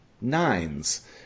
nines